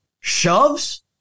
shoves